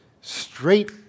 straight